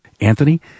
Anthony